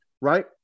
right